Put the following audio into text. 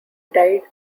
died